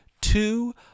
two